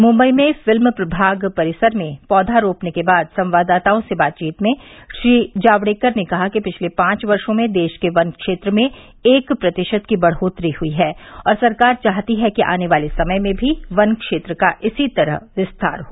मुंबई में फिल्म प्रभाग परिसर में पौधा रोपने के बाद संवाददाताओं से बातचीत में श्री जावड़ेकर ने कहा कि पिछले पांच वर्षों में देश के वन क्षेत्र में एक प्रतिशत की बढ़ोतरी हुई है और सरकार चाहती है कि आने वाले समय में भी वन क्षेत्र का इसी तरह विस्तार हो